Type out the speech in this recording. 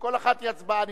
וכל אחת היא הצבעה נפרדת.